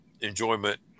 enjoyment